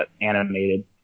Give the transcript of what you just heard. animated